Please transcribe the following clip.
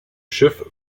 schiff